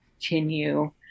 continue